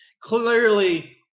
Clearly